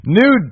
new